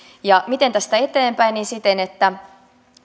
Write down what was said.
miten tästä eteenpäin siten että